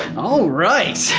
all right,